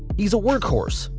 he's a workhorse.